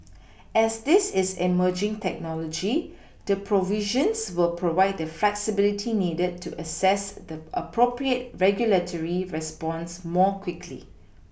as this is emerging technology the provisions will provide the flexibility needed to assess the appropriate regulatory response more quickly